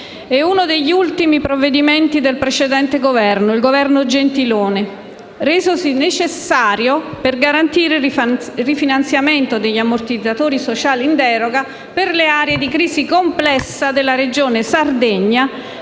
è uno degli ultimi provvedimenti del precedente Governo, il Governo Gentiloni Silveri, resosi necessario per garantire il rifinanziamento degli ammortizzatori sociali in deroga per le aree di crisi complessa della Regione Sardegna